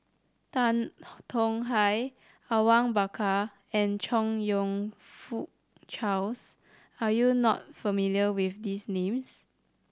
Tan Tong Hye Awang Bakar and Chong You Fook Charles are you not familiar with these names